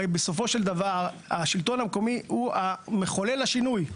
הרי בסופו של דבר השלטון המקומי הוא מחולל השינוי,